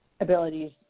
abilities